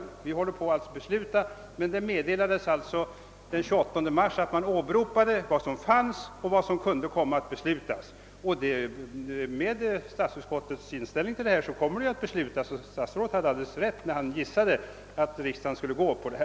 Den 28 mars åberopades således vad som beslutats och vad som kunde komma att beslutas, och med statsutskottets inställning blir det ju också ett beslut. Statsrådet hade alldeles rätt när han gissade att riksdagen skulle anta förslaget.